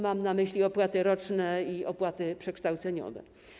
Mam tu na myśli opłaty roczne i opłaty przekształceniowe.